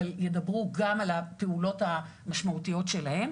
אבל ידברו גם על הפעולות המשמעותיות שלהם.